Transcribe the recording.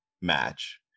match